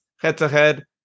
head-to-head